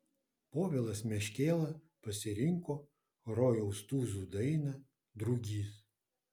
povilas meškėla pasirinko rojaus tūzų dainą drugys